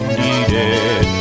needed